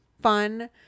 fun